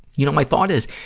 you know, my thought is,